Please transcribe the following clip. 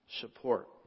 support